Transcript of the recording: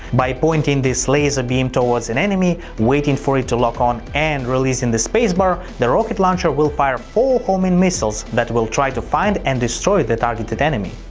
by point this laser beam towards an enemy, waiting for it to lock on, and releasing the spacebar, the rocket launcher will fire four homing missiles that will try to find and destroy the targeted enemy.